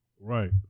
right